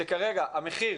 שכרגע המחיר